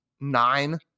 nine